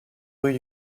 rues